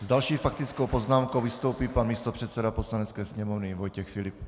S další faktickou poznámkou vystoupí pan místopředseda Poslanecké sněmovny Vojtěch Filip.